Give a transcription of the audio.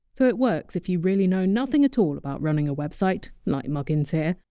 so it works if you really know nothing at all about running a website, like muggins here.